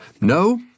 No